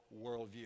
worldview